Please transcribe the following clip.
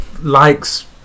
likes